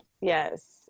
Yes